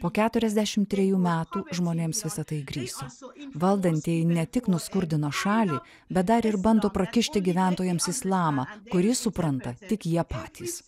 po keturiasdešim trejų metų žmonėms visa tai įgriso valdantieji ne tik nuskurdino šalį bet dar ir bando prakišti gyventojams islamą kurį supranta tik jie patys